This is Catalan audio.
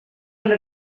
una